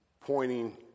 pointing